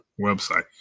website